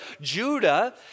Judah